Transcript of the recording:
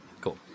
cool